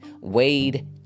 Wade